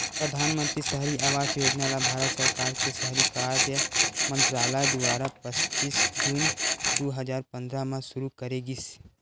परधानमंतरी सहरी आवास योजना ल भारत सरकार के सहरी कार्य मंतरालय दुवारा पच्चीस जून दू हजार पंद्रह म सुरू करे गिस